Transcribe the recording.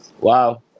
Wow